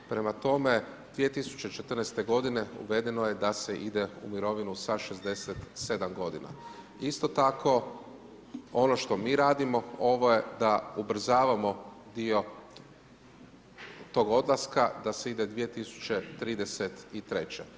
Prema tome, 2014. g. uvedeno je da se ide u mirovinu sa 67. g. Isto tako, ono što mi radimo, ovo je da ubrzavamo dio tog odlaska, da se ide 2033.